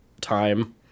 time